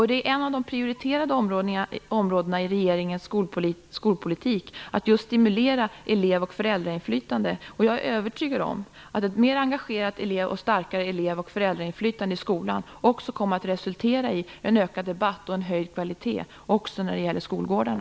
Det är ett av de prioriterade områdena i regeringens skolpolitik att stimulera elev och föräldrainflytande. Jag är övertygad om att ett starkare och mer engagerat elev och föräldrainflytande i skolan kommer att resultera i en ökad debatt och en höjd kvalitet, också när det gäller skolgårdarna.